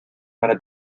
para